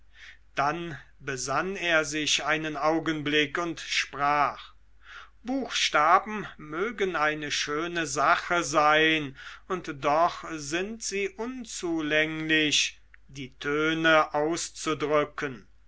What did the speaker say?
dann besann er sich einen augenblick und sprach buchstaben mögen eine schöne sache sein und doch sind sie unzulänglich die töne auszudrücken